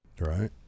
Right